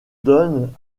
donne